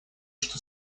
что